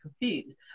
confused